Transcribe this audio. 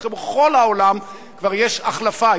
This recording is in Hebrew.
בכל העולם כבר יש החלפה,